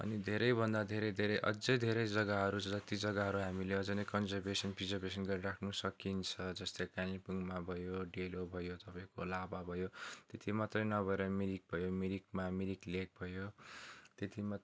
अनि धेरैभन्दा धेरै धेरै अझै धेरै जग्गाहरू जति जग्गाहरू छ हामीले अझै नै कन्जर्भेसन प्रिजरभेसन गरेर राख्नु सकिन्छ जस्तै कालेबुङमा भयो डेलो भयो तपाईँको लाभा भयो त्यति मात्र नभएर मिरिक भयो मिरिकमा मिरिक लेक भयो तेतिमा